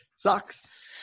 Sucks